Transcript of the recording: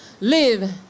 live